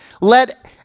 let